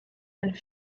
and